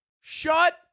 Shut